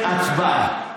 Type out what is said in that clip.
להצבעה.